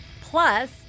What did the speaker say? Plus